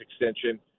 extension